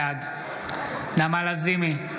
בעד נעמה לזימי,